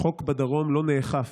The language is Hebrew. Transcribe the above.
החוק בדרום לא נאכף,